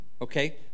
Okay